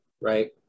Right